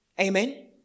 Amen